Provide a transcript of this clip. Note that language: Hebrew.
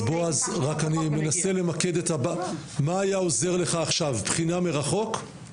בועז, מה היה עוזר לך עכשיו, בחינה מרחוק?